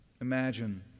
Imagine